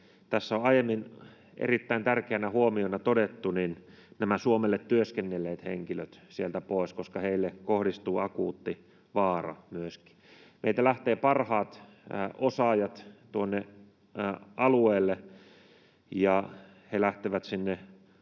tässä on aiemmin erittäin tärkeänä huomiona todettu, nämä Suomelle työskennelleet henkilöt sieltä pois, koska myöskin heihin kohdistuu akuutti vaara. Meiltä lähtevät parhaat osaajat tuonne alueelle, ja he lähtevät sinne